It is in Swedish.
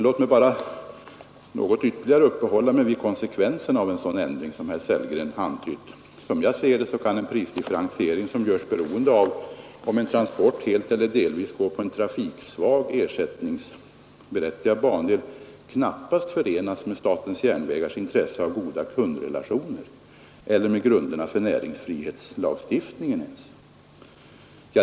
Låt mig ytterligare något uppehålla mig vid konsekvenserna av en sådan ändring som herr Sellgren antydde. Som jag ser det kan en prisdifferentiering som görs beroende av om en transport helt eller delvis går på en trafiksvag, ersättningsberättigad bandel knappast förenas med SJ:s intresse av goda kundrelationer eller ens med grunderna för näringsfrihetslagstiftningen.